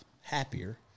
happier